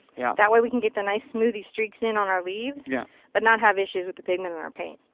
yeah. that way we can get a nice smoothie streaks in on our leaves, yeah but not have issues with the pigment in our paint.